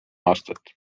aastat